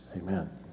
amen